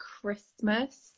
Christmas